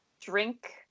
drink